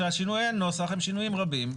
ששינויי הנוסח הם שינויים רבים.